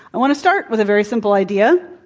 i want to start with a very simple idea,